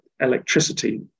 electricity